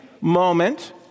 moment